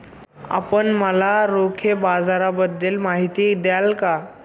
आपण मला रोखे बाजाराबद्दल माहिती द्याल का?